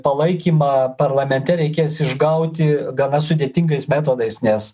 palaikymą parlamente reikės išgauti gana sudėtingais metodais nes